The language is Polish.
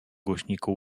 głośniku